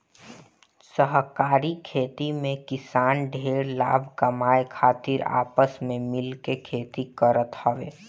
सहकारी खेती में किसान ढेर लाभ कमाए खातिर आपस में मिल के खेती करत हवे